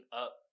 up